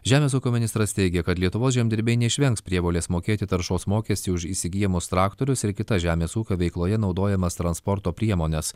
žemės ūkio ministras teigė kad lietuvos žemdirbiai neišvengs prievolės mokėti taršos mokestį už įsigyjamus traktorius ir kitas žemės ūkio veikloje naudojamas transporto priemones